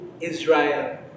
Israel